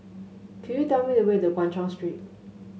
could you tell me the way to Guan Chuan Street